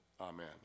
Amen